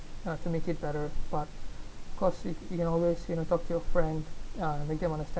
have to make it better but of course y~ you can always you know talk to your friend uh make them understand